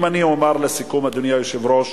אומר לסיכום, אדוני היושב-ראש,